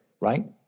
right